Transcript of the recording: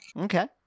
okay